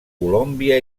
colòmbia